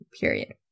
period